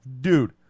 dude